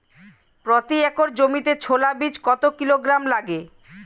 প্রতি একর জমিতে ছোলা বীজ কত কিলোগ্রাম লাগে?